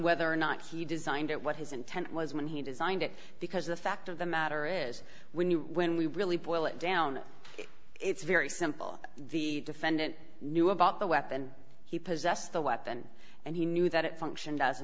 whether or not he designed it what his intent was when he designed it because the fact of the matter is when you when we really boil it down it's very simple the defendant knew about the weapon he possessed the weapon and he knew that it functioned as a